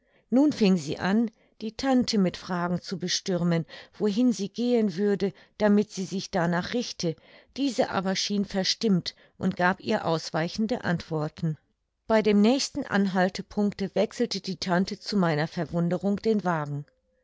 nun fing sie an die tante mit fragen zu bestürmen wohin sie gehen würde damit sie sich danach richte diese aber schien verstimmt und gab ihr ausweichende antworten bei dem nächsten anhaltepunkte wechselte die tante zu meiner verwunderung den wagen